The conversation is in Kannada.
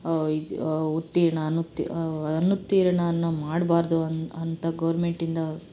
ಇದು ಉತ್ತೀರ್ಣ ಅನುತ್ತೀ ಅನುತ್ತೀರ್ಣ ಅನ್ನು ಮಾಡಬಾರ್ದು ಅಂತ ಗೌರ್ಮೆಂಟಿಂದ